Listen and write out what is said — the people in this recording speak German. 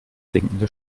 sinkende